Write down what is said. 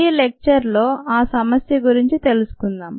ఈ లెక్చర్లో ఆ సమస్య గురించి తెలుసుకుందాం